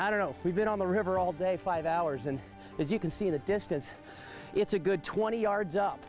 i don't know we've been on the river all day five hours and as you can see in the distance it's a good twenty yards up